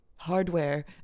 hardware